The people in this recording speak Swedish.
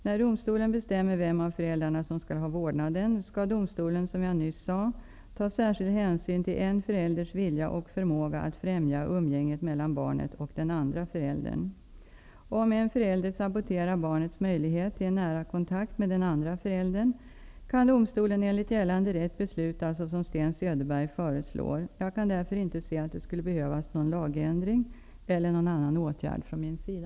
När domstolen bestämmer vem av föräldrarna som skall ha vårdnaden, skall domstolen, som jag nyss sade, ta särskild hänsyn till en förälders vilja och förmåga att främja umgänget mellan barnet och den andra föräldern. Om en förälder saboterar barnets möjlighet till en nära kontakt med den andra föräldern, kan domstolen enligt gällande rätt besluta så som Sten Söderberg föreslår. Jag kan därför inte se att det skulle behövas någon lagändring eller någon annan åtgärd från min sida.